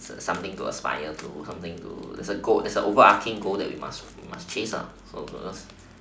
something to aspire to something to it's a goal there's an overarching goal that we must chase lah